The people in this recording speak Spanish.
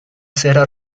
cera